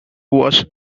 was